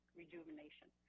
rejuvenation